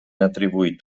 atribuït